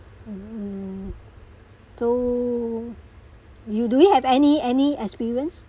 mm so you do you have any any experience